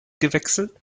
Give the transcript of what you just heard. gewechselt